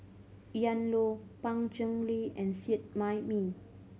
Ian Loy Pan Cheng Lui and Seet Ai Mee